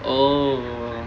oh